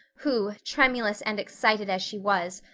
who, tremulous and excited as she was,